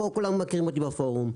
כולם מכירים אותי בפורום.